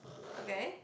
okay